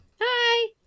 Hi